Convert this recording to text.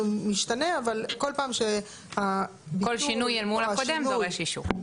כל שינוי אל מול הקודם דורש אישור.